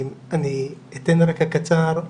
אתן רקע קצר,